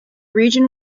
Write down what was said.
region